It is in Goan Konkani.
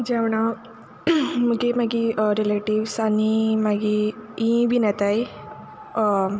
जेवणा मुगे मागी रिलेटिव्हस मागी हींय बीन येताय